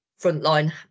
frontline